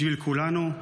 בשביל כולנו?